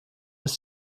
ist